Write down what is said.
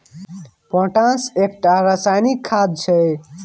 potash एकटा रासायनिक खाद छै